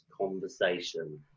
conversation